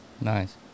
nice